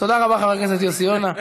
תודה רבה, חבר הכנסת יוסי יונה.